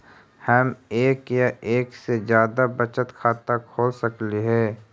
हम एक या एक से जादा बचत खाता खोल सकली हे?